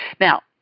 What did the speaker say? Now